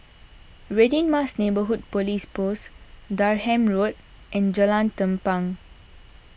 Radin Mas Neighbourhood Police Post Durham Road and Jalan Tampang